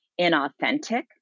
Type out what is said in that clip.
inauthentic